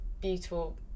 beautiful